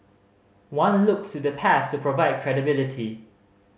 one looked to the past to provide credibility